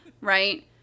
Right